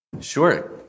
Sure